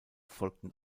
folgten